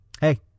Hey